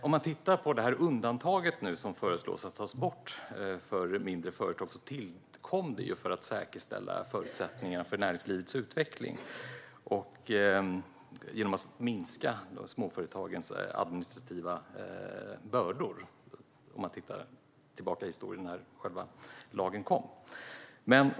Undantaget i lagen för mindre företag, som nu föreslås tas bort, tillkom för att säkerställa förutsättningarna för näringslivets utveckling och minska småföretagens administrativa bördor.